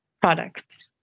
product